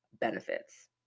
benefits